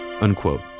Unquote